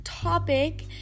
topic